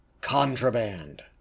Contraband